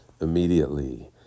Immediately